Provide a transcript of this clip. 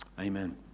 Amen